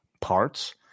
parts